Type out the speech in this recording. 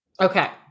Okay